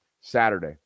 Saturday